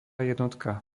jednotka